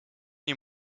nie